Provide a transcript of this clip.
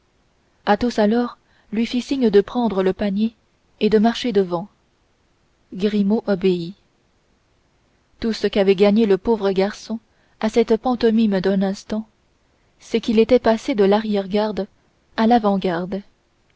ressort athos alors lui fit signe de prendre le panier et de marcher devant grimaud obéit tout ce qu'avait gagné le pauvre garçon à cette pantomime d'un instant c'est qu'il était passé de l'arrière-garde à l'avantgarde